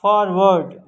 forward